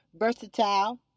Versatile